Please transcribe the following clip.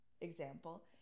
example